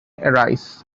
arise